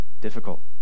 difficult